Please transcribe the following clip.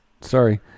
Sorry